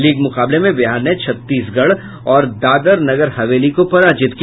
league मुकाबले में बिहार ने छत्तीसगढ़ और दादर नगर हवेली को पराजित किया